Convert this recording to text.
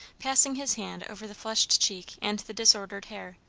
passing his hand over the flushed cheek and the disordered hair.